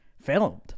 filmed